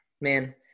man